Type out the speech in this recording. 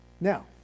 Now